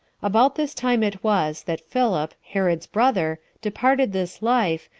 about this time it was that philip, herod's brother, departed this life,